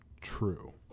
True